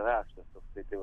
raštas toksai tai vat